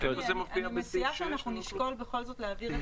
אני מציעה שאנחנו נשקול בכל זאת להעביר את